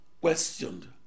questioned